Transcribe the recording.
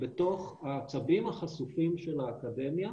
בתוך העצבים החשופים של האקדמיה